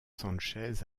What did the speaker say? sánchez